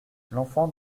l’enfant